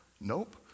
Nope